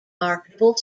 marketable